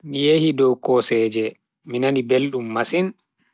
Mi yehi dow koseje, mi nani beldum masin.